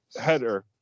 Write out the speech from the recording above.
header